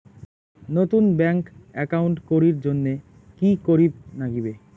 নতুন bank account করির জন্যে কি করিব নাগিবে?